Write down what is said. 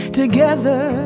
together